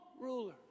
ruler